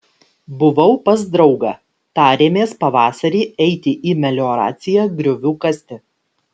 buvau pas draugą tarėmės pavasarį eiti į melioraciją griovių kasti